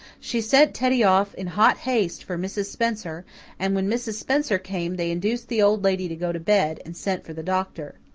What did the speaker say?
she sent teddy off in hot haste for mrs. spencer and when mrs. spencer came they induced the old lady to go to bed, and sent for the doctor.